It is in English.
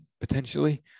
potentially